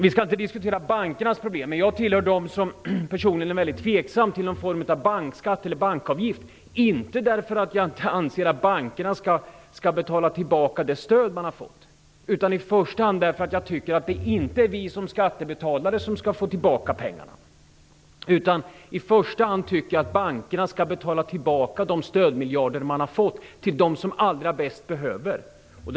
Vi skall inte diskutera bankernas problem, men jag tillhör dem som personligen är väldigt tveksam till någon form av bankskatt och bankavgift, inte därför att jag inte anser att bankerna skall betala tillbaka det stöd de har fått, utan i första hand därför att jag tycker att det inte är vi som skattebetalare som skall ha tillbaka pengarna. I första hand tycker jag att bankerna skall betala tillbaka de stödmiljarder de har fått till dem som allra bäst behöver det.